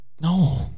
No